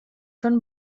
són